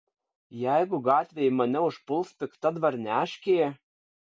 jeigu gatvėj mane užpuls pikta dvarneškė